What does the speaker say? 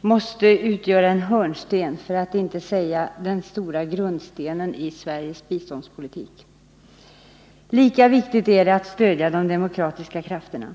måste utgöra en hörnsten — för att inte säga den stora grundstenen — i Sveriges biståndspolitik. Lika viktigt är det att stödja de demokratiska krafterna.